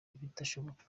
ibidashoboka